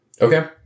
Okay